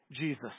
Jesus